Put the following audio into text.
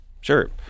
Sure